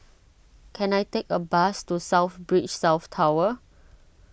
can I take a bus to South Beach South Tower